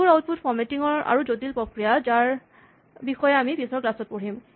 এইবোৰ output formatting ৰ আৰু জটিল প্ৰক্ৰিয়া যাৰ বিষয়ে আমি পিছৰ ক্লাচ ত পঢ়িম